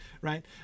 right